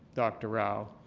dr. rao,